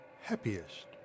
happiest